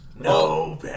No